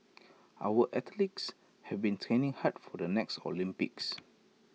our athletes have been training hard for the next Olympics